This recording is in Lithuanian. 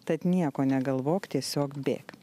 tad nieko negalvok tiesiog bėk